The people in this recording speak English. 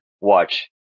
watch